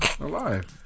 alive